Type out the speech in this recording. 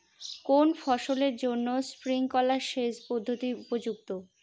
কোন ফসলের জন্য স্প্রিংকলার জলসেচ পদ্ধতি উপযুক্ত?